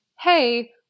hey